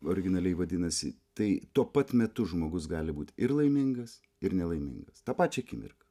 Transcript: originaliai vadinasi tai tuo pat metu žmogus gali būt ir laimingas ir nelaimingas tą pačią akimirką